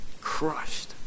crushed